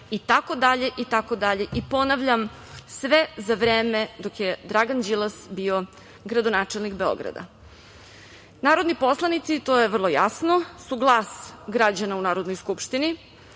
medija, itd, itd.? I ponavljam – sve za vreme dok je Dragan Đilas bio gradonačelnik Beograda. Narodni poslanici, to je vrlo jasno, su glas građana u Narodnoj skupštini,